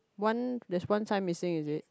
one there's one sign missing is it